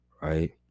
right